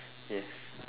yes